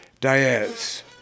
Diaz